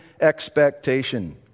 expectation